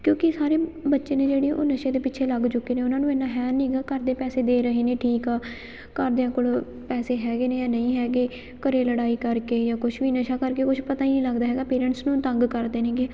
ਕਿਉਂਕੀ ਸਾਰੇ ਬੱਚੇ ਨੇ ਜਿਹੜੇ ਉਹ ਨਸ਼ੇ ਦੇ ਪਿੱਛੇ ਲੱਗ ਚੁੱਕੇ ਨੇ ਉਹਨਾਂ ਨੂੰ ਇੰਨਾ ਹੈ ਨੀਗਾ ਘਰ ਦੇ ਪੈਸੇ ਦੇ ਰਹੇ ਨੇ ਠੀਕ ਆ ਘਰਦਿਆਂ ਕੋਲੋਂ ਪੈਸੇ ਹੈਗੇ ਨੇ ਜਾਂ ਨਹੀਂ ਹੈਗੇ ਘਰ ਲੜਾਈ ਕਰਕੇ ਜਾਂ ਕੁਛ ਵੀ ਨਸ਼ਾ ਕਰਕੇ ਕੁਛ ਪਤਾ ਹੀ ਨਹੀਂ ਲੱਗਦਾ ਹੈਗਾ ਪੇਰੈਂਟਸ ਨੂੰ ਤੰਗ ਕਰਦੇ ਨੇਗੇ